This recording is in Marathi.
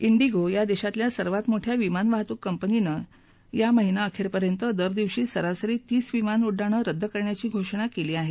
इंडिगो या देशातल्या सर्वात मोठया विमान वाहतूक कंपनीनं या महिना अखेरपर्यंत दरदिवशी सरसरी तीस विमानं उङ्डाणं रद्द करण्याची घोषणा केली आहे